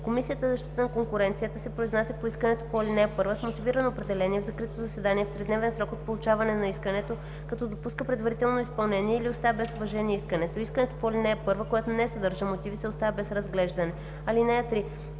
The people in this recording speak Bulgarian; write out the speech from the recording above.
Комисията за защита на конкуренцията се произнася по искането по ал. 1 с мотивирано определение в закрито заседание в тридневен срок от получаване на искането, като допуска предварително изпълнение или оставя без уважение искането. Искане по ал. 1, което не съдържа мотиви, се оставя без разглеждане. (3)